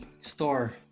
store